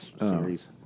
series